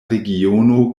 regiono